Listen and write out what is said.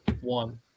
one